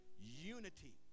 Unity